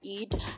eid